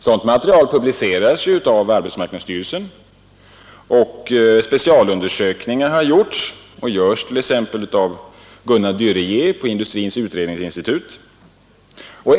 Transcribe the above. Sådant material publiceras av t.ex. AMS, och specialundersökningar har gjorts och görs t.ex. av Gunnar Du Rietz på Industrins utredningsinstitut.